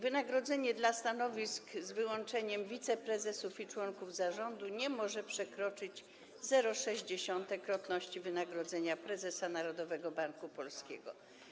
Wynagrodzenie dla stanowisk z wyłączeniem wiceprezesów i członków zarządu nie może przekroczyć 0,6-krotności wynagrodzenia prezesa Narodowego Banku Polskiego.